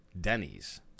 Denny's